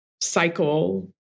cycle